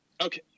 Okay